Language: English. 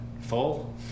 full